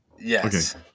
Yes